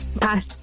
Pass